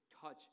touch